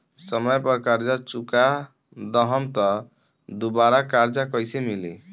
समय पर कर्जा चुका दहम त दुबाराकर्जा कइसे मिली?